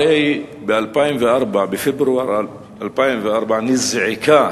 הרי בפברואר 2004 הממשלה נזעקה